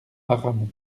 aramon